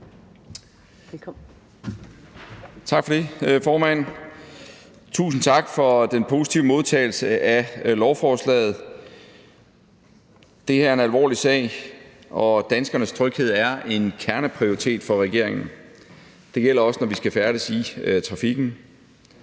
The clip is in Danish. Tak for det, formand. Tusind tak for den positive modtagelse af lovforslaget. Det her er en alvorlig sag, og danskernes tryghed er en kerneprioritet for regeringen. Det gælder også, når vi skal færdes i trafikken.